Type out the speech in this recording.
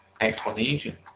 explanation